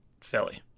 Philly